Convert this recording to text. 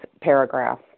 paragraph